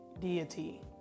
deity